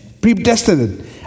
predestined